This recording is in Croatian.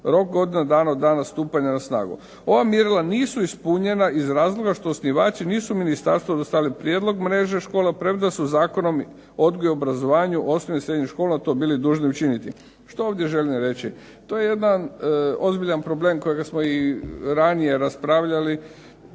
Rok godina od dana stupanja na snagu. Ova mjerila nisu ispunjena iz razloga što osnivači nisu ministarstvu dostavili prijedlog mreže škola, premda su Zakonom o odgoju i obrazovanju osnovnih i srednjih škola to bili dužni učiniti. Što ovdje želim reći? To je jedan ozbiljan problem kojega smo i ranije raspravljali,